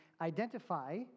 identify